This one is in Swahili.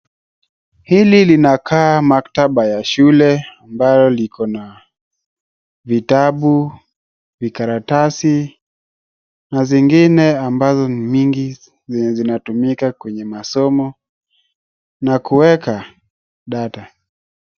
Hili linakaa maktaba ya shule ambalo liko na vitabu, vikaratasi na zingine ambazo ni mingi, zenye zinatumika kwenye masomo na kuweka data .